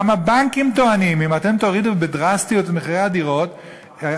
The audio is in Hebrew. גם הבנקים טוענים: אם תורידו בדרסטיות את מחירי הדירות,